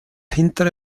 hintere